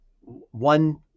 one